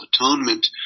atonement